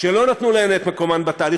שלא נתנו להן את מקומן בתהליך,